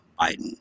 biden